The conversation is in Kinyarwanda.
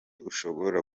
ushobora